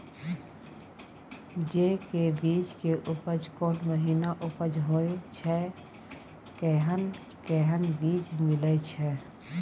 जेय के बीज के उपज कोन महीना उपज होय छै कैहन कैहन बीज मिलय छै?